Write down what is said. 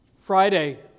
Friday